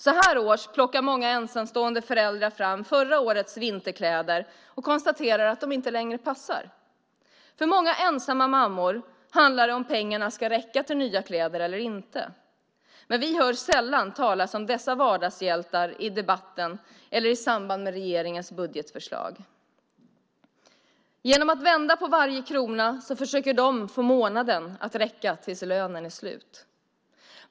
Så här års plockar många ensamstående föräldrar fram förra årets vinterkläder och konstaterar att de inte längre passar. För många ensamma mammor handlar det om huruvida pengarna ska räcka till nya kläder eller inte. Men vi hör sällan talas om dessa vardagshjältar i debatten eller i samband med regeringens budgetförslag. Genom att vända på varje krona försöker de få lönen att räcka tills månaden är slut.